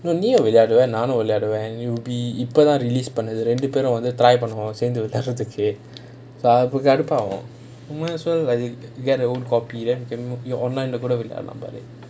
நீயும் விளையாடுவ நானும் விளையாடுவ இப்போ தான்:neeyum vilayaduva naanum vilayaduva ippo thaan release பண்ணது ரெண்டு பேரும் பேணுவோம் சேர்ந்து விளையாடுறதுக்கு அப்போ வந்து கடுப்பு ஆகும்:panathu rendu perum pannuvom searnthu vilaiyaadurathukku appo vanthu kadupu aagum I might as well get an own copy online lah கூட விளையாடலாம்:kooda vilaiyadalaam